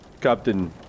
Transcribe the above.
Captain